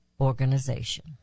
Organization